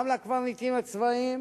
גם לקברניטים הצבאיים